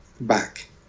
back